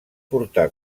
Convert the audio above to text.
portar